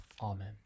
Amen